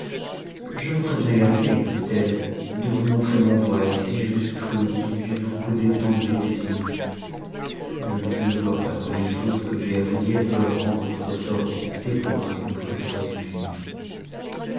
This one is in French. je me serais bien gardée lui rë pondit elle de vous montrer mon voile si j'eusse cru qu'il dût vous causer tant de déplaisir et je ne vois pas que les choses que j'ai à vous dire doivent rendre votre sort aussi déplorable que vous vous l'imaginez